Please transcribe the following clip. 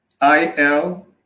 I-L